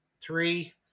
three